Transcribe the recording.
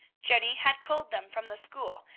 jenny had culled them from the school,